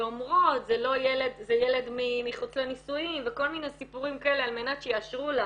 ואומרות זה ילד מחוץ לנישואין וכל מיני סיפורים כאלה על מנת שיאשרו לה